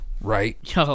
right